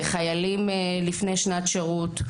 או עובדים זרים שעוברים הכשרה.